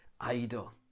idol